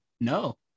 no